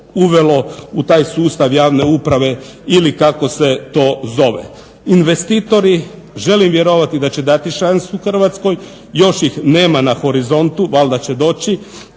uvelo u taj sustav javne uprave ili kako se to zove. Investitori želim vjerovati da će dati šansu Hrvatskoj. Još ih nema na horizontu, valjda će doći.